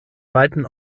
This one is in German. weiten